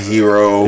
Hero